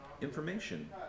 information